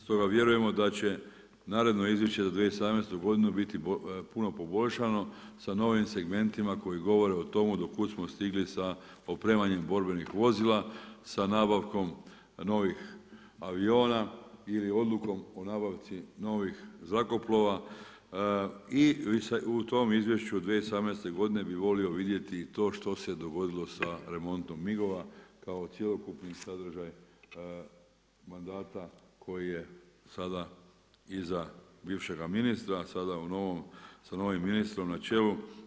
Stoga vjerujemo da će naredno izvješće za 2017. godinu biti puno poboljšano sa novim segmentima koji govore o tomu do kud smo stigli sa opremanjem borbenih vozila, sa nabavkom novih aviona ili odlukom o nabavci novih zrakoplova i u tom izvješću 2017. bi volio vidjeti i to što se dogodilo sa remontom MIG-ova kao cjelokupni sadržaj mandata koji je sada iza bivšega ministra, sada sa novim ministrom na čelu.